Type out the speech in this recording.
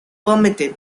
permitted